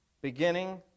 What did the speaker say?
beginning